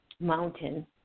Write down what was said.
mountain